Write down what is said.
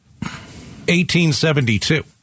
1872